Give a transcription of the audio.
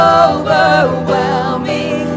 overwhelming